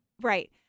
Right